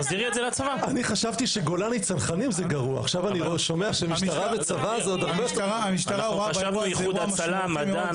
המשטרה רואה במשימה הזו אירוע מאוד משמעותי.